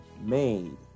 made